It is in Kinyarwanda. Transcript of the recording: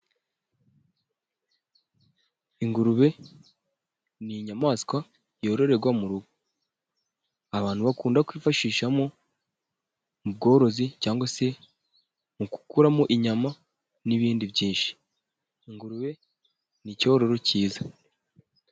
Ingurube ni inyamaswa yororerwa mu rugo. Abantu bakunda kwifashisha mu bworozi cyangwa se mu gukuramo inyama n'ibindi byinshi, ingurube ni icyororo cyiza.